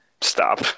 stop